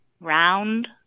round